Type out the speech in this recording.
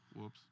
Whoops